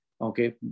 Okay